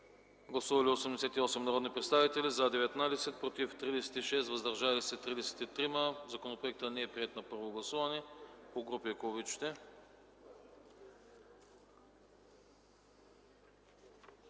Гласували 88 народни представители: за 19, против 36, въздържали се 33. Законопроектът не е приет на първо гласуване.